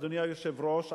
אדוני היושב-ראש,